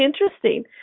interesting